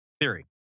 theory